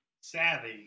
savvy